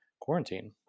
quarantine